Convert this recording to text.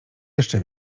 jeszcze